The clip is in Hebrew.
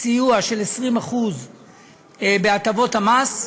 הסיוע של 20% בהטבות המס.